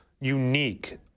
unique